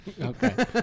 Okay